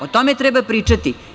O tome treba pričati.